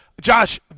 Josh